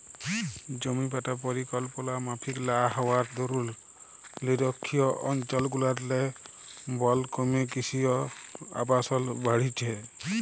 জমিবাঁটা পরিকল্পলা মাফিক লা হউয়ার দরুল লিরখ্খিয় অলচলগুলারলে বল ক্যমে কিসি অ আবাসল বাইড়হেছে